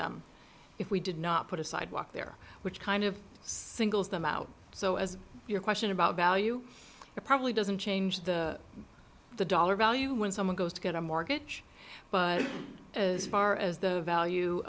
them if we did not put a sidewalk there which kind of singles them out so as your question about value it probably doesn't change the the dollar value when someone goes to get a mortgage but as far as the value